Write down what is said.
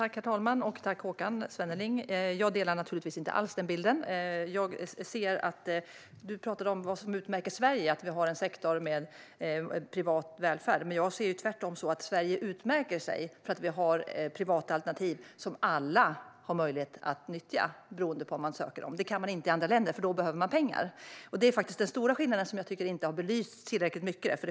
Herr talman! Tack, Håkan Svenneling! Jag delar naturligtvis inte alls den bilden. Du pratade om att något som utmärker Sverige är att vi har en sektor med privat välfärd. Men jag ser det tvärtom så att Sverige utmärker sig därför att vi har privata alternativ som alla har möjlighet att nyttja. Det kan man inte i andra länder, för i så fall behövs det pengar. Det är den stora skillnaden som jag inte tycker har belysts tillräckligt mycket.